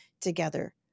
together